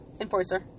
Enforcer